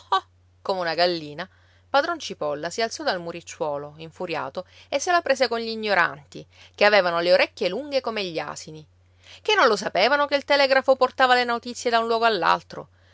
come una gallina padron cipolla si alzò dal muricciuolo infuriato e se la prese con gli ignoranti che avevano le orecchie lunghe come gli asini che non lo sapevano che il telegrafo portava le notizie da un luogo